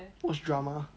watch drama